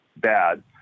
bad